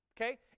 Okay